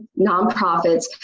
nonprofits